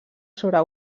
sobre